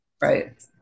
Right